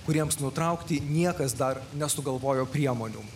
kuriems nutraukti niekas dar nesugalvojo priemonių